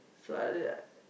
so I'll